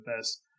best